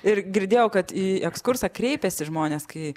ir girdėjau kad į ekskursą kreipiasi žmonės kai